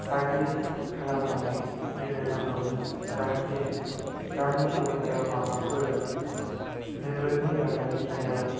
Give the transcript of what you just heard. साग्रिद खालामनानै दोननो नांगौ जाहाथे गामि गफायाव माबाफोर नोगोरनि रादाब बिलायाव